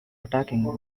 attacking